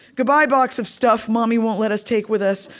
goodbye, box of stuff mommy won't let us take with us,